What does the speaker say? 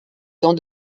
tant